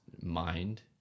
mind